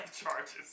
Charges